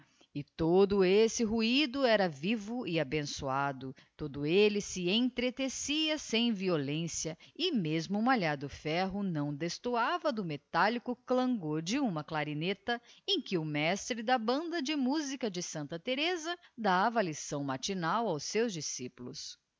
e todo esse ruido era ivo e abençoado todo elle se entretecia sem violência e mesmo o malhar do ferro não destoava do metallico clangor de uma clarineta em que o mestre da banda de musica de santa thereza dava a lição matinal aos seus discipulos